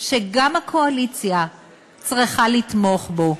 שגם הקואליציה צריכה לתמוך בו,